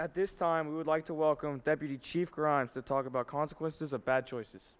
at this time we would like to welcome deputy chief grimes to talk about consequences of bad choices